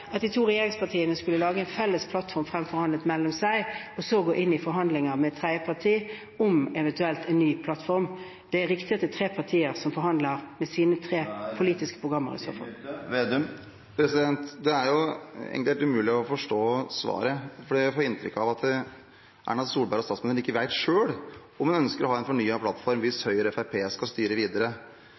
de to regjeringspartiene skulle lage en felles plattform, fremforhandlet seg imellom, og så gå inn i forhandlinger med et tredje parti om en eventuell ny plattform. Det er riktig at det er tre partier som forhandler – med sine tre politiske programmer. Det er egentlig helt umulig å forstå svaret, for jeg får inntrykk av at Erna Solberg, statsministeren, ikke vet selv om hun ønsker å ha en fornyet plattform hvis Høyre og Fremskrittspartiet skal styre videre.